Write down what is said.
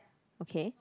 okay